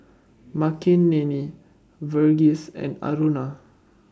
Makineni Verghese and Aruna